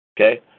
Okay